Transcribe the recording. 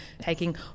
taking